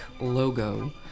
logo